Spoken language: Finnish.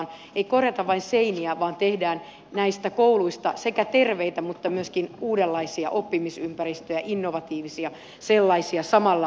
ei korjata vain seiniä vaan tehdään näistä kouluista sekä terveitä että myöskin uudenlaisia oppimisympäristöjä innovatiivisia sellaisia samalla rahalla